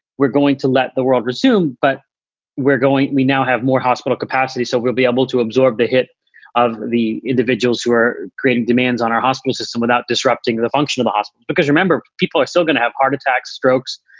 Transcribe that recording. we're going to let the world resume, but we're going we now have more hospital capacity. so we'll be able to absorb the hit of the individuals who are creating demands on our hospital system without disrupting the function of the hospital. because remember, people are still going to have heart attacks, strokes,